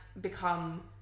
become